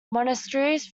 monasteries